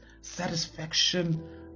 satisfaction